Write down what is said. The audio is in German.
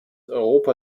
europa